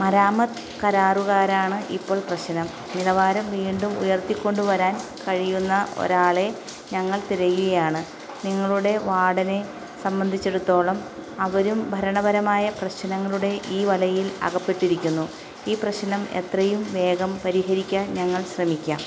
മരാമത്ത് കരാറുകാരാണ് ഇപ്പോൾ പ്രശ്നം നിലവാരം വീണ്ടും ഉയർത്തിക്കൊണ്ടുവരാൻ കഴിയുന്ന ഒരാളെ ഞങ്ങൾ തിരയുകയാണ് നിങ്ങളുടെ വാർഡനെ സംബന്ധിച്ചിടത്തോളം അവരും ഭരണപരമായ പ്രശ്നങ്ങളുടെ ഈ വലയിൽ അകപ്പെട്ടിരിക്കുന്നു ഈ പ്രശ്നം എത്രയും വേഗം പരിഹരിക്കാൻ ഞങ്ങൾ ശ്രമിക്കാം